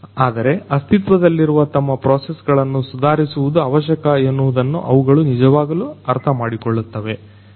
ಆದರೆ ಅಸ್ತಿತ್ವದಲ್ಲಿರುವ ತಮ್ಮ ಪ್ರೋಸೆಸ್ ಗಳನ್ನು ಸುಧಾರಿಸುವುದು ಅವಶ್ಯಕ ಎನ್ನುವುದನ್ನು ಅವುಗಳು ನಿಜವಾಗಲೂ ಅರ್ಥಮಾಡಿಕೊಳ್ಳುತ್ತವೆ